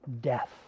death